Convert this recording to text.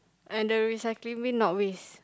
and the recycling bin not waste